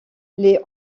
les